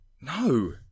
No